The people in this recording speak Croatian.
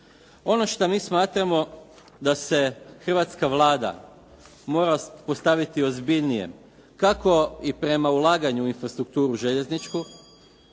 Ono što mi smatramo da se hrvatska Vlada mora postaviti ozbiljnije kako i prema ulaganju u infrastrukturu željezničku,